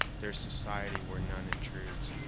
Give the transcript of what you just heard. there is society where none intrudes,